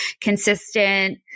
consistent